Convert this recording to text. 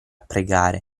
pregare